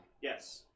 Yes